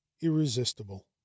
irresistible